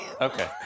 Okay